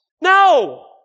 No